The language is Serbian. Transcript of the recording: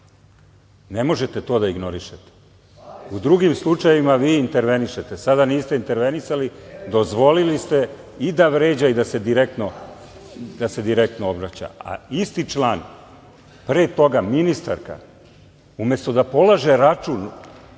ne možete to da ignorišete. U drugim slučajevima vi intervenišete, sada niste intervenisali, dozvolili ste i da vređa i da se direktno obraća, a isti član pre toga ministarka, umesto da polaže račun